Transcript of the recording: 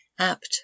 apt